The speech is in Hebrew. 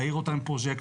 להאיר אותם עם פרוז'קטור,